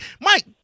Mike